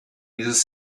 dieses